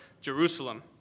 Jerusalem